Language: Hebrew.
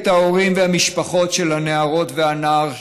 נחבק את ההורים והמשפחות של הנערות והנער